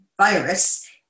virus